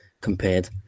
compared